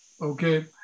okay